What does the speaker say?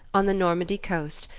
on the normandy coast,